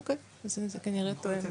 אוקי, זה כנראה תואם.